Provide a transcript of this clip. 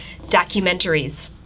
documentaries